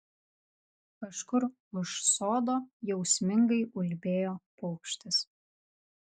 kažkur už sodo jausmingai ulbėjo paukštis